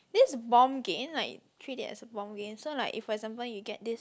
this bomb game like you treat it as a bomb game so like if for example you get this